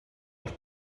els